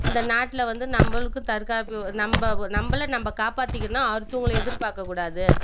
இந்த நாட்டில் வந்து நம்மளுக்கு தற்காப்பு நம்ம நம்மள நம்ம காப்பாற்றிக்கணும் அடுத்தவங்களை எதிர்பார்க்கக்கூடாது